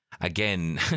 again